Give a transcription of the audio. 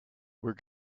where